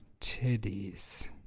titties